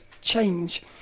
change